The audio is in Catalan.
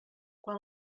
quan